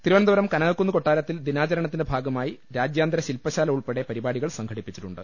തിരുവനന്തപുരം കനകക്കുന്ന് കൊട്ടാരത്തിൽ ദിനാചരണ ത്തിന്റെ ഭാഗമായി രാജ്യാന്തര ശിൽപശാല ഉൾപ്പെടെ പരിപാടി കൾ സംഘടിപ്പിച്ചിട്ടുണ്ട്